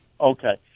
Okay